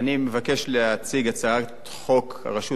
אני מבקש להציג את הצעת חוק הרשות